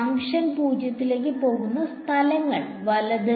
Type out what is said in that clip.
function 0 ലേക്ക് പോകുന്ന സ്ഥലങ്ങൾ വലത്